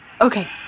Okay